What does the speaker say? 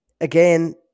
again